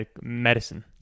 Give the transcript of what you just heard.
medicine